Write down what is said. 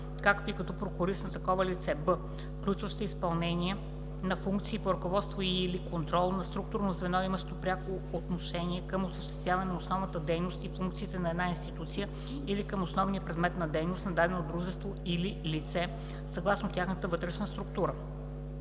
както и като прокурист на такова лице; б) включваща изпълнение на функции по ръководство и/или контрол на структурно звено, имащо пряко отношение към осъществяване на основната дейност и функциите на една институция или към основния предмет на дейност на дадено дружество или лице, съгласно тяхната вътрешна структура.